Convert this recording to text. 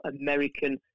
American